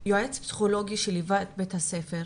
פסיכולוגי שליווה את בית הספר,